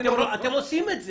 אתם עושים את זה.